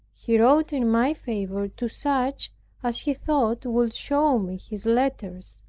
he wrote in my favor to such as he thought would show me his letters,